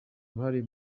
uruhare